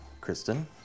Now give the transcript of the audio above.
Kristen